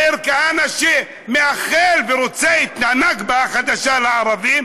מאיר כהנא שמייחל ורוצה את הנכבה החדשה לערבים,